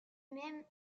même